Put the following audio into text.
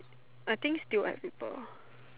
I think still add people